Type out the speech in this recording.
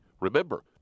Remember